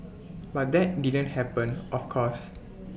but that didn't happen of course